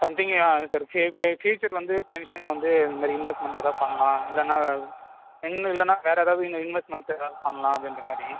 something sir ஃபி ஃபி future வந்து பென்ஷன் வந்து இந்த மாதிரி இன்வெஸ்மெண்ட் எதாவது பண்ணலாம் இல்லைனா இன்னும் இல்லைனா வேறு ஏதாவது இன் இன்வெஸ்மெண்ட்ஸ் ஏதாவது பண்ணலாம் அப்படின்ற மாதிரி